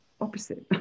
opposite